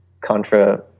contra